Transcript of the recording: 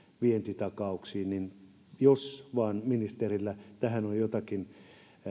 vientitakauksiin jos vain ministerillä tähän on jotakin